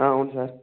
అవును సార్